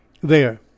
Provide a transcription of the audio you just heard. There